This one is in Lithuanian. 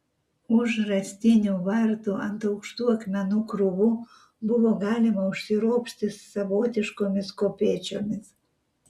už rąstinių vartų ant aukštų akmenų krūvų buvo galima užsiropšti savotiškomis kopėčiomis